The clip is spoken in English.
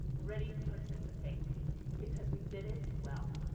ready to participate because we did it well.